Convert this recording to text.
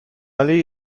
allés